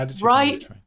right